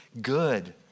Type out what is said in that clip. good